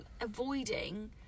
avoiding